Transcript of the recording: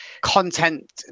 content